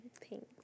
pink